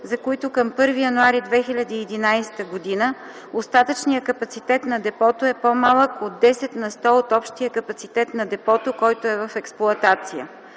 за които към 1 януари 2011 г. остатъчният капацитет на депото е по-малък от 10 на сто от общия капацитет на депото, който е в експлоатация.